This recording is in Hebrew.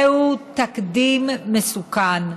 זהו תקדים מסוכן,